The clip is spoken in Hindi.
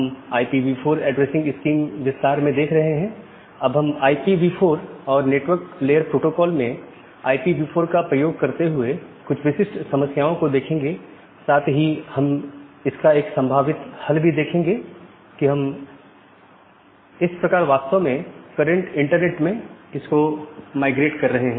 हम IPv4 ऐड्रेसिंग स्कीम विस्तार में देख रहे हैं अब हम IPv4 और नेटवर्क लेयर प्रोटोकोल में IPv4 का प्रयोग करते हुए कुछ विशिष्ट समस्याओं को देखेंगे साथ ही हम इसका एक संभावित हल भी देखेंगे कि हम इस प्रकार वास्तव में करंट इंटरनेट में इसको माइग्रेट कर रहे हैं